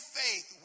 faith